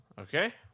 Okay